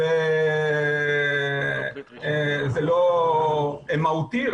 זה לא מהותי?